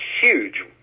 huge